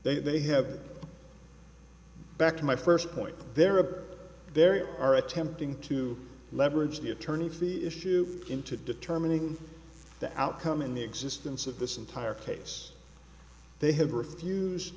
they have back to my first point there are there you are attempting to leverage the attorney for the issue into determining the outcome in the existence of this entire case they have refused